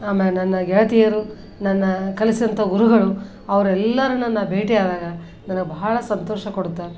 ಆಮೇಲೆ ನನ್ನ ಗೆಳತಿಯರು ನನ್ನ ಕಲಿಸಿದಂಥ ಗುರುಗಳು ಅವರೆಲ್ಲರನ್ನ ನಾ ಭೇಟಿ ಆದಾಗ ನನಗೆ ಬಹಳ ಸಂತೋಷ ಕೊಡ್ತ